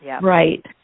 Right